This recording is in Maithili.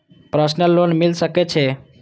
प्रसनल लोन मिल सके छे?